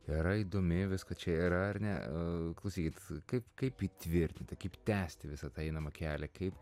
yra įdomi visko čia yra ar ne klausykit kaip kaip įtvirtinti kaip tęsti visą tą einamą kelią kaip